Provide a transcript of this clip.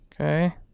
Okay